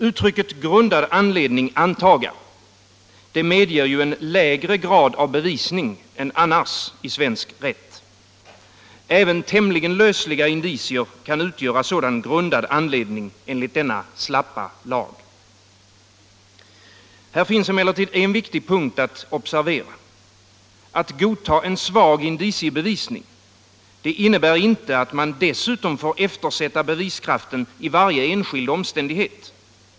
Uttrycket ”grundad anledning antaga” medger ju en lägre grad av bevisning än annars i svensk rätt. Även tämligen lösliga indicier kan utgöra sådan grundad anledning enligt denna slappa lag. Här finns emellertid en viktig punkt att observera. Att godta en svag indiciebevisning innebär inte att man dessutom får eftersätta beviskraften i varje enskild omständighet.